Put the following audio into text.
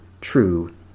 true